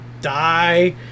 die